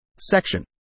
Section